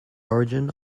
origin